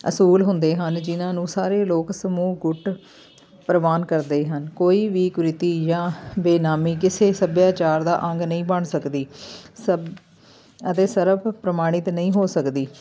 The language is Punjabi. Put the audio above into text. ਅਸੂਲ ਹੁੰਦੇ ਹਨ ਜਿਨ੍ਹਾਂ ਨੂੰ ਸਾਰੇ ਲੋਕ ਸਮੂਹ ਗੁੱਟ ਪ੍ਰਵਾਨ ਕਰਦੇ ਹਨ ਕੋਈ ਵੀ ਕੁਰੀਤੀ ਯਾਂ ਬੇਨਾਮੀ ਕਿਸੇ ਸੱਭਿਆਚਾਰ ਦਾ ਅੰਗ ਨਹੀਂ ਬਣ ਸਕਦੀ ਸਭ ਅਤੇ ਸਰਬ ਪ੍ਰਮਾਣਿਤ ਨਹੀਂ ਹੋ ਸਕਦੀ